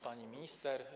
Pani Minister!